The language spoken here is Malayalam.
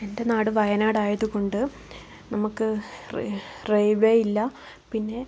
എന്റെ നാട് വയനാട് ആയതുകൊണ്ട് നമുക്ക് റെയില്വേ ഇല്ല